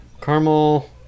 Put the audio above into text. caramel